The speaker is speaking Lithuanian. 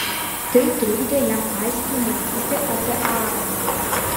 tai trukdė jam aiškiai mąstyti apie aaroną